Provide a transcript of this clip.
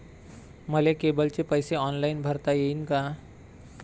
मले केबलचे पैसे ऑनलाईन भरता येईन का?